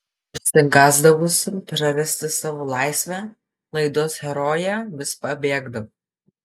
išsigąsdavusi prarasti savo laisvę laidos herojė vis pabėgdavo